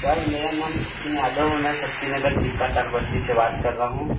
sir मेरा नाम सचिन यादव है मैं शक्तिनगर बस्ती से बात कर रहा हूँ